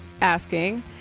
asking